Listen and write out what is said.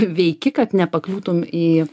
veiki kad nepakliūtum į